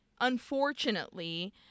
unfortunately